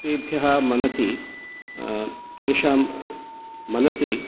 तेभ्यः मनसि तेषां मनसि